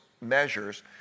measures